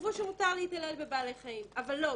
תכתבו שמותר להתעלל בבעלי חיים אבל לא,